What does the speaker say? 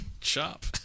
Chop